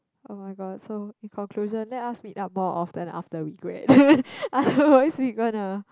oh-my-god so in conclusion let us meet up more often after we grad afterwards we gonna